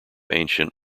ancient